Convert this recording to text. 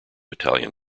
italian